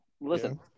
listen